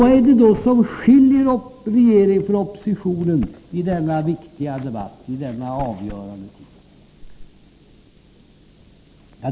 Vad är det då som skiljer regeringen från oppositionen i denna viktiga debatt i denna avgörande tid?